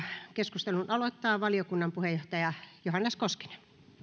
keskustelun aloittaa valiokunnan puheenjohtaja johannes koskinen